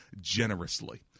generously